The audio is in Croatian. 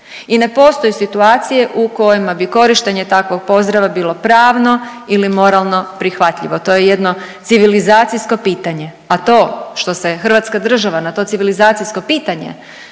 i ne postoje situacije u kojima bi korištenje takvog pozdrava bilo pravno ili moralno prihvatljivo, to je jedno civilizacijsko pitanje. A to što se hrvatska država na to civilizacijsko pitanje